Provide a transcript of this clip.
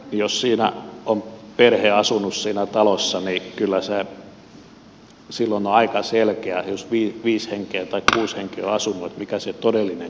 jos siinä talossa on perhe viisi henkeä tai kuusi henkeä asunut niin kyllä se silloin on aika selkeää mikä se todellinen kulutus on